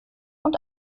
und